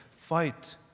Fight